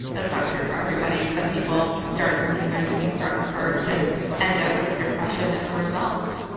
that's not true for everybody. some people start drinking or using drugs first and end up with depression as a result.